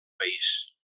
país